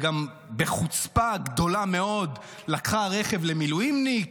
וגם בחוצפה גדולה מאוד לקחה רכב למילואימניק,